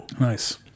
Nice